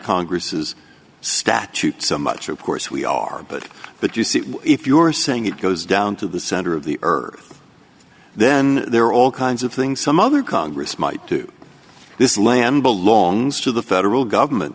congress's statute so much of course we are but but you see if you are saying it goes down to the center of the earth then there are all kinds of things some other congress might do this land belongs to the federal government